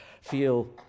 feel